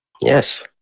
Yes